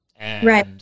Right